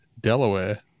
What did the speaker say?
Delaware